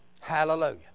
Hallelujah